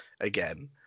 again